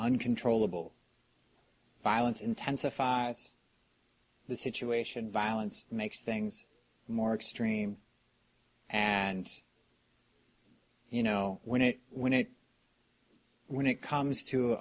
uncontrollable violence intensifies the situation violence makes things more extreme and you know when it when it when it comes to